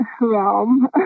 realm